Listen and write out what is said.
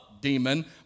demon